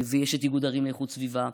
ויש את איגוד ערים לאיכות סביבה,